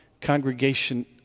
congregation